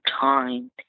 time